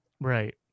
Right